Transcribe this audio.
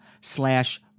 slash